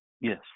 Yes